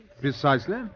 Precisely